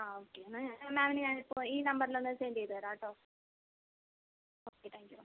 ആ okay ma'am ഞാ മേമിന് ഞാനിപ്പോൾ ഈ നംമ്പറിൽ ഒന്ന് സെൻ്റ് ചെയ്ത് തരാം കേട്ടോ ഓക്കെ താങ്ക് യൂ മേം